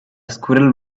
squirrel